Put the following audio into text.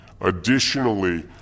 Additionally